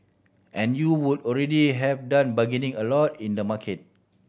and you would already have done bargaining a lot in the market